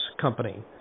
company